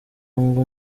ngo